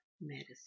medicine